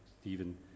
Stephen